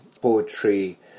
poetry